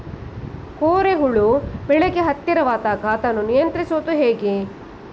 ಕೋರೆ ಹುಳು ಬೆಳೆಗೆ ಹತ್ತಿದಾಗ ಅದನ್ನು ನಿಯಂತ್ರಿಸುವುದು ಹೇಗೆ?